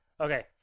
Okay